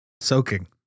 soaking